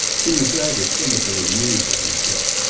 he was rather cynically amused at himself.